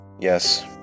Yes